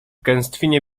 gęstwinie